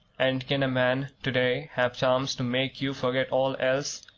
and can a man to-day have charms to make you forget all else,